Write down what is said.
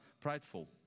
prideful